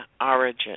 Origin